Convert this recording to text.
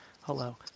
Hello